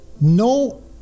no